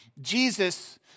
Jesus